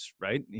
right